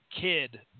kid